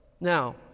Now